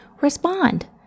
respond